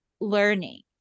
learning